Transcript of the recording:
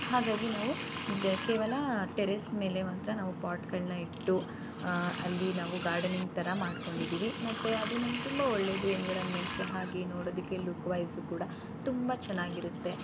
ಹಾಗಾಗಿ ನಾವು ಕೇವಲ ಟೆರೇಸ್ ಮೇಲೆ ಮಾತ್ರ ನಾವು ಪಾಟುಗಳ್ನ ಇಟ್ಟು ಅಲ್ಲಿ ನಾವು ಗಾರ್ಡನಿಂಗ್ ಥರ ಮಾಡ್ಕೊಂಡಿದೀವಿ ಮತ್ತು ಅದು ನಮ್ಗೆ ತುಂಬ ಒಳ್ಳೆಯದು ಎನ್ವಿರಾನ್ಮೆಂಟಿಗೆ ಹಾಗೇ ನೋಡೋದಕ್ಕೆ ಲುಕ್ ವೈಸು ಕೂಡ ತುಂಬ ಚೆನ್ನಾಗಿರುತ್ತೆ